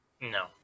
No